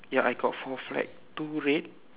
ya I got four flag two red